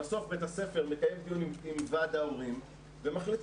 בסוף בית הספר מקיים דיונים עם ועד ההורים ומחליטים